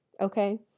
Okay